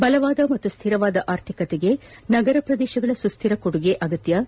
ಬಲವಾದ ಮತ್ತು ಸ್ದಿರವಾದ ಆರ್ಥಿಕತೆಗೆ ನಗರ ಪ್ರದೇಶಗಳ ಸುಸ್ದಿರ ಕೊಡುಗೆ ಅಗತ್ಯವಾಗಿದೆ